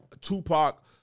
Tupac